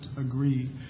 agree